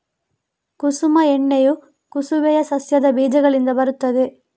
ಕುಸುಮ ಎಣ್ಣೆಯು ಕುಸುಬೆಯ ಸಸ್ಯದ ಬೀಜಗಳಿಂದ ಬರುತ್ತದೆ